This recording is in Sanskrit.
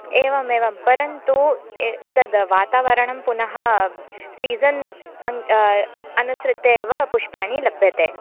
एवम् एवं परन्तु एतद् वातावरणं पुनः सीसन् अन् अनुसृत्य एव पुष्पाणि लभ्यन्ते